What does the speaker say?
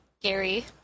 Gary